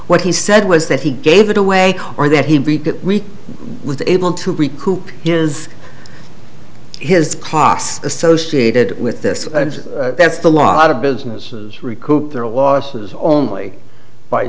what he said was that he gave it away or that he was able to recoup his his clocks associated with this and that's the law a lot of businesses recoup their losses only by